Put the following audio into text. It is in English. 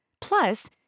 Plus